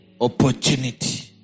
opportunity